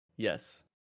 Yes